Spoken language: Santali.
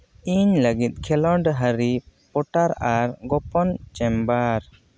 ᱤᱧ ᱞᱟᱹᱜᱤᱫ ᱠᱷᱮᱞᱳᱸᱰ ᱦᱟᱨᱤ ᱯᱚᱨᱴᱞ ᱟᱨ ᱜᱳᱯᱳᱱ ᱪᱮᱢᱵᱟᱨ